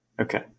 Okay